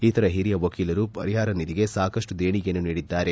ಇತರ ಹಿರಿಯ ವಕೀಲರು ಪರಿಹಾರ ನಿಧಿಗೆ ಸಾಕಷ್ಟು ದೇಣಿಗೆಯನ್ನು ನೀಡಿದ್ದಾರೆ